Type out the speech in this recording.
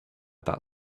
that